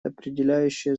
определяющее